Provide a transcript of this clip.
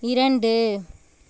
இரண்டு